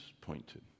pointed